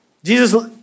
Jesus